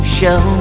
Show